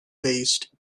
based